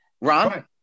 Ron